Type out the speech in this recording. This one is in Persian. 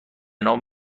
نام